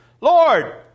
Lord